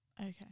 okay